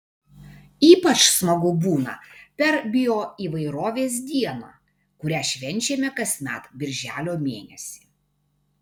ypač smagu būna per bioįvairovės dieną kurią švenčiame kasmet birželio mėnesį